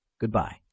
goodbye